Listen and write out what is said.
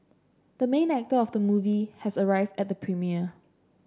the main actor of the movie has arrived at the premiere